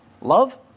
Love